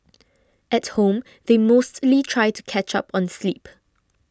at home they mostly try to catch up on sleep